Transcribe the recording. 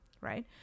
right